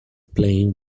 playing